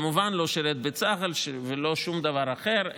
כמובן לא שירת בצה"ל ולא שום דבר אחר,